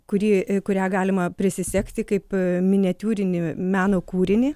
kuri kurią galima prisisegti kaip miniatiūrinį meno kūrinį